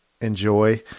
Enjoy